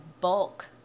bulk